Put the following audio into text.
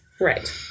Right